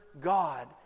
God